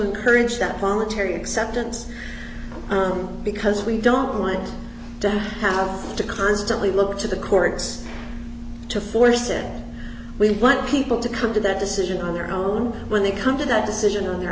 encourage that voluntary acceptance because we don't want to have to constantly look to the courts to force it we want people to come to that decision on their own when they come to that decision on their